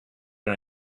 are